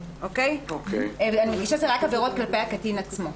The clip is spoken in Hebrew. אני מדגישה, אלה רק עבירות כלפי הקטין עצמו.